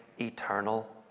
eternal